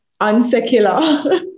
unsecular